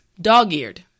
Dog-eared